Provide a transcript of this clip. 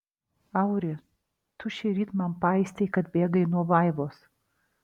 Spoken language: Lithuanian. auri tu šįryt man paistei kad bėgai nuo vaivos